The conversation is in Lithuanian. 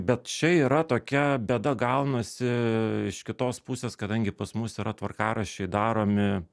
bet čia yra tokia bėda gaunasi iš kitos pusės kadangi pas mus yra tvarkaraščiai daromi